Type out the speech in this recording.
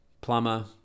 Plumber